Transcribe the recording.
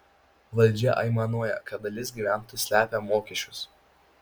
valdžia aimanuoja kad dalis gyventojų slepia mokesčius